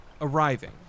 arriving